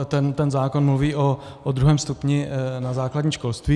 Ten zákon mluví o druhém stupni na základním školství.